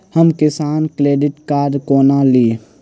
हम Kisan credit card कोना ली?